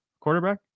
quarterback